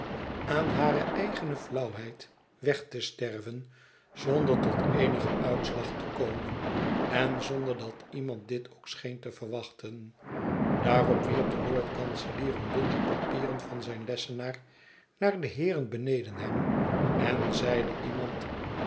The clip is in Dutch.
aan hare eigene flauwheid weg te sterven zonder tot eenigen uitslag te komen en zonder dat iemand dit ook scheen te verwachten daarop wierp de lordkanselier een bundel papieren van zijn lessenaar naar de heeren beneden hem en zeide iemand